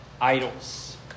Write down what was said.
idols